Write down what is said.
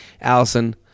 Allison